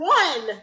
one